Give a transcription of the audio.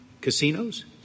casinos